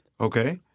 Okay